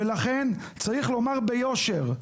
ולכן צריך לומר ביושר: